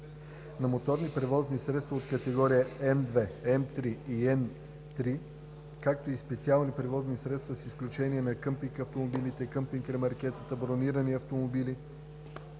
На моторни превозни средства от категория М2, МЗ и N3, както и специални превозни средства с изключение на къмпинг-автомобилите, къмпинг-ремаркетата, бронирани автомобили